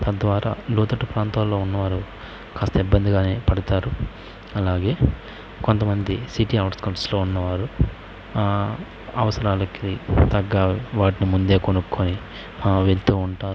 తద్వారా లోతట్టు ప్రాంతాల్లో ఉన్నవారు కాస్త ఇబ్బంది పడతారు అలాగే కొంతమంది ఔట్కట్స్లో ఉన్నవారు అవసరాలకు తగ్గ వాటిని ముందే కొనుక్కొని వెళ్తూ ఉంటారు